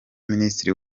minisitiri